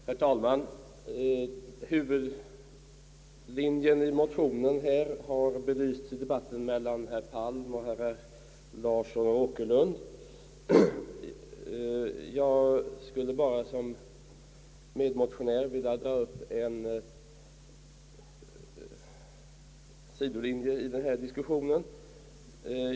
Herr talman! Huvudlinjen i motionen har belysts i debatten mellan herrar Palm, Larsson och Åkerlund. Jag skulle som medmotionär endast vilja dra upp en sidolinje i denna diskussion.